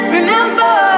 remember